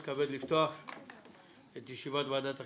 אני מתכבד לפתוח את ישיבת ועדת החינוך,